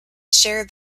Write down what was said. share